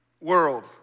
world